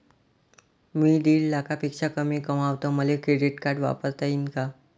मी दीड लाखापेक्षा कमी कमवतो, मले क्रेडिट कार्ड वापरता येईन का?